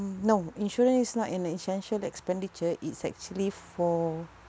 no insurance is not an essential expenditure it's actually for